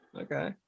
Okay